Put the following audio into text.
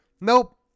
Nope